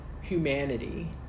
humanity